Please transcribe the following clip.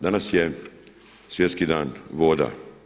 Danas je Svjetski dan voda.